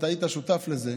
אתה היית שותף לזה,